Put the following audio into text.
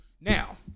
Now